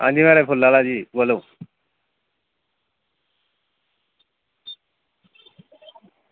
हां जी महाराज फुल्ल आह्ला जी बोलो